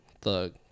thug